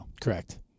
Correct